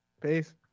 Peace